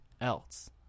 else